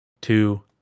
two